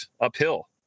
uphill